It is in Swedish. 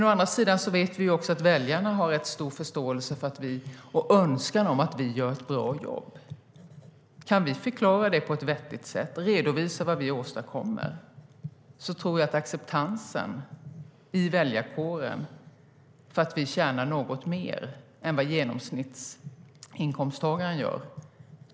Å andra sidan vet vi att väljarna har rätt stor förståelse för och en önskan om att vi gör ett bra jobb. Kan vi förklara det på ett vettigt sätt och redovisa vad vi åstadkommer tror jag att acceptansen och toleransen finns i väljarkåren för att vi tjänar något mer än vad genomsnittsinkomsttagaren gör.